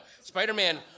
Spider-Man